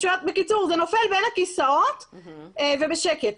בקיצור, זה נופל בין הכיסאות ובשקט.